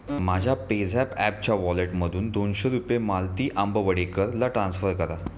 माझ्या पेझॅप ॲपच्या वॉलेटमधून दोनशे रुपये मालती आंबवडेकरला ट्रान्स्फर करा